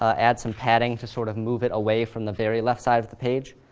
add some padding to sort of move it away from the very left side of the page.